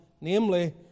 namely